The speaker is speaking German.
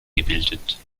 gebildet